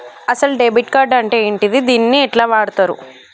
అసలు debit card అంటే ఏంటిది? దీన్ని ఎట్ల వాడుతరు?